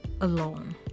alone